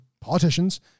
politicians